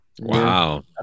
Wow